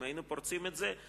אם היינו פורצים את זה,